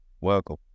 Welcome